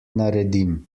naredim